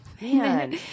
Man